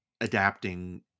adapting